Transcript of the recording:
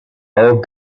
all